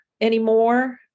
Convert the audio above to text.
anymore